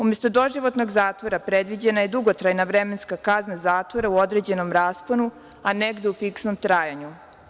Umesto doživotnog zatvora, predviđena je dugotrajna vremenska kazna zatvora u određenom rasponu, a negde u fiksnom trajanju.